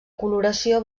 coloració